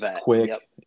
quick